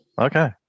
Okay